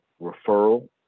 referral